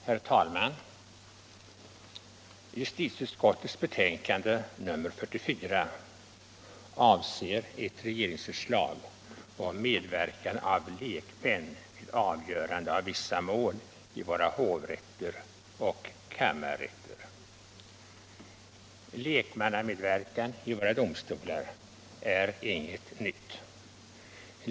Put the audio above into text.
Herr talman! Justitieutskottets betänkande nr 44 avser ett regeringsförslag om medverkan av lekmän vid avgörande av vissa mål i våra hovrätter och kammarrätter. Lekmannamedverkan i våra domstolar är inget nytt.